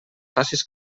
facis